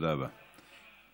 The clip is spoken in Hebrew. תודה רבה, גברתי.